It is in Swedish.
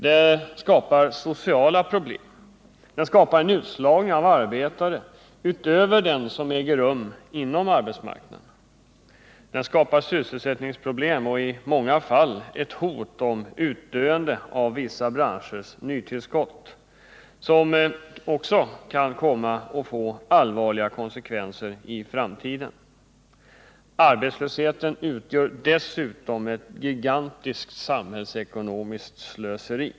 Den skapar sociala problem, den skapar en utslagning av arbetare utöver den utslagning som äger rum inom arbetsmarknaden. Den skapar sysselsättningsproblem och i många fall ett hot om utdöende av vissa branschers nytillskott, som också kan komma att få allvarliga konsekvenser i framtiden. Arbetslösheten utgör dessutom ett gigantiskt samhällsekonomiskt slöseri.